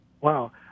Wow